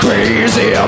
Crazy